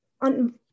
on